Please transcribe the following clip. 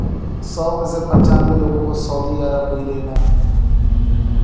सौ में से पंचानवे लोगों को सऊदी अरब गइले ना